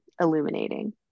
illuminating